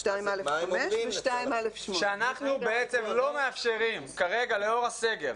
זה אומר שכרגע לאור הסגר,